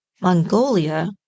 Mongolia